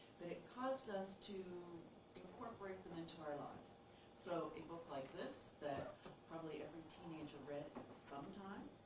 it caused us to incorporate them into our lives so a book like this that probably every teenager read at some time.